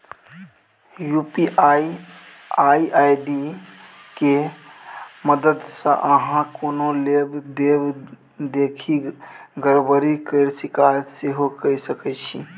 UPI ID के मददसँ अहाँ कोनो लेब देब देखि गरबरी केर शिकायत सेहो कए सकै छी